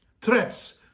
Threats